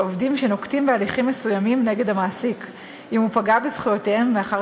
לעובדים שנוקטים הליכים מסוימים נגד המעסיק אם הוא פגע בזכויותיהם מאחר